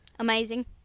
Amazing